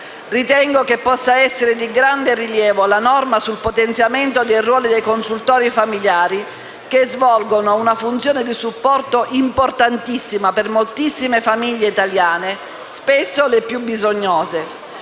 Ritengo possa essere di grande rilievo la norma sul potenziamento del ruolo dei consultori familiari, che svolgono una funzione di supporto importantissima per moltissime famiglie italiane, spesso le più bisognose.